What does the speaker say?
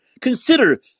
Consider